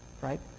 Right